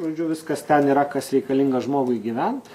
žodžiu viskas ten yra kas reikalinga žmogui gyvent